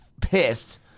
pissed